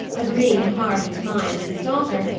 agreeing in heart and mind with his daughter,